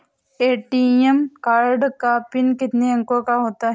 ATM card का पिन कितने अंकों का होता है?